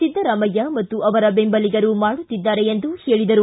ಸಿದ್ದರಾಮಯ್ಯ ಮತ್ತು ಅವರ ಬೆಂಬಲಿಗರು ಮಾಡುತ್ತಿದ್ದಾರೆ ಎಂದು ಹೇಳಿದರು